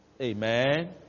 Amen